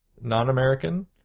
non-American